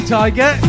tiger